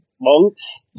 monks